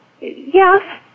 yes